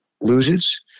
loses